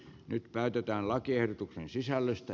nyt päätetään lakiehdotuksen sisällöstä